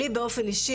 לי באופן אישי,